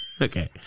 Okay